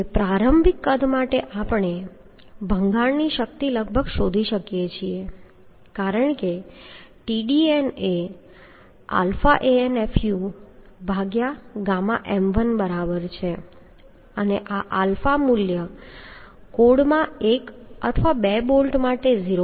અને પ્રારંભિક કદ માટે આપણે ભંગાણની શક્તિ લગભગ શોધી શકીએ છીએ કારણ કે આ Tdn એ ɑAnfuɣm1 બરાબર છે અને આ આલ્ફા મૂલ્ય કોડમાં એક અથવા બે બોલ્ટ માટે 0